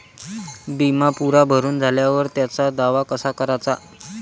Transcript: बिमा पुरा भरून झाल्यावर त्याचा दावा कसा कराचा?